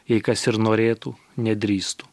jei kas ir norėtų nedrįstų